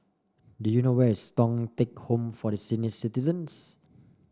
do you know where is Thong Teck Home for Senior Citizens